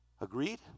Agreed